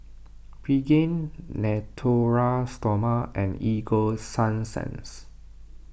Pregain Natura Stoma and Ego Sunsense